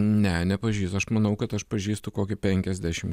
ne nepažįstu aš manau kad aš pažįstu kokį penkiasdešim